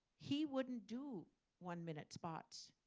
he wouldn't do one-minute spots.